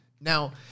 Now